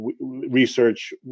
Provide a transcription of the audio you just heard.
Research